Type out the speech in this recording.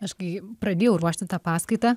aš kai pradėjau ruošti tą paskaitą